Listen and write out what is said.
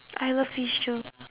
I love fish too